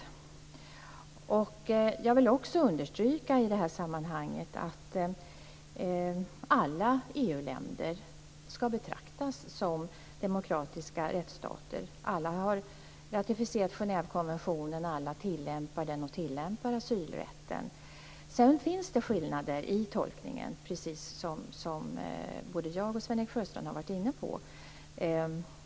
I det här sammanhanget vill jag också understryka att alla EU-länder ska betraktas som demokratiska rättsstater. Alla har ratificerat Genèvekonventionen. Alla tillämpar den, och alla tillämpar asylrätten. Sedan finns det skillnader i tolkningen, precis som både jag och Sven-Erik Sjöstrand har varit inne på.